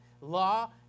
law